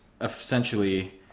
essentially